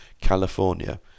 California